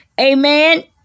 amen